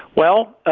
well,